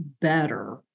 better